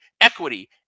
equity